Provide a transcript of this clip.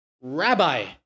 rabbi